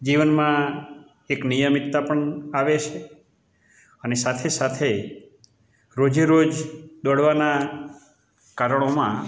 જીવનમાં એક નિમિતતા પણ આવે છે અને સાથે સાથે રોજે રોજે દોડવાના કારણોમાં